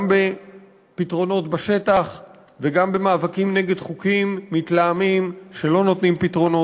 גם בפתרונות בשטח וגם במאבקים נגד חוקים מתלהמים שלא נותנים פתרונות.